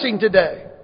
today